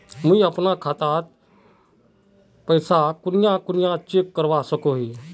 मुई अपना खाता डात पैसा कुनियाँ कुनियाँ चेक करवा सकोहो ही?